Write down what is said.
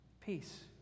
Peace